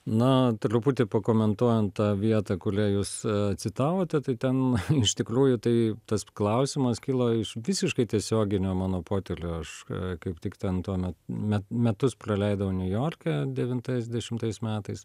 na truputį pakomentuojant tą vietą kulią jūs citavote tai ten iš tikrųjų tai tas klausimas kilo iš visiškai tiesioginio mano potylio aš kaip tik ten tuome met metus praleidau niujorke devintais dešimtais metais